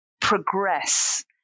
progress